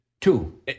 two